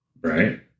Right